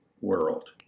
world